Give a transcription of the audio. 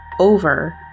over